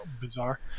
bizarre